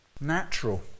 natural